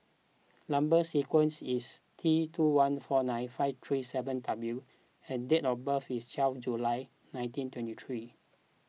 Number Sequence is T two one four nine five three seven W and date of birth is twelve July nineteen twenty three